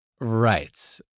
Right